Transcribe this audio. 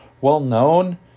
well-known